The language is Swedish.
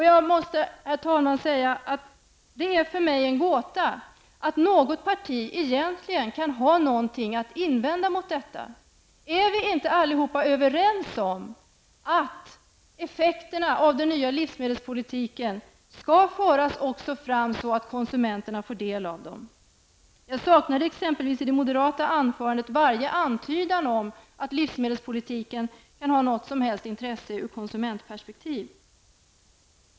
Jag måste, herr talman, säga att det är en gåta för mig hur något enda parti egentligen kan ha något att invända mot detta. Är vi inte alla överens om att effekterna av den nya livsmedelspolitiken också skall komma konsumenterna till del? I anförandet från den moderate ledamoten saknar jag t.ex. varje antydan om att livsmedelspolitiken kan ha något som helst intresse ur konsumentperspektiv.